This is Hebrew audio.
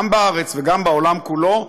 גם בארץ וגם בעולם כולו,